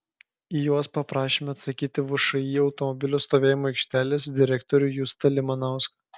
į juos paprašėme atsakyti všį automobilių stovėjimo aikštelės direktorių justą limanauską